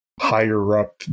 higher-up